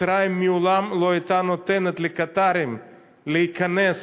מצרים לעולם לא הייתה נותנת לקטארים להיכנס